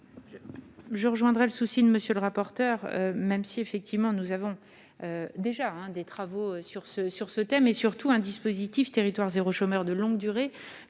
Je rejoindrais le souci de monsieur le rapporteur, même si, effectivement, nous avons déjà un des travaux sur ce sur ce thème et surtout un dispositif territoires zéro, chômeur de longue durée